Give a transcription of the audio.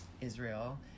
israel